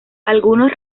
algunos